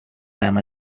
them